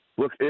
Look